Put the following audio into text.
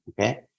Okay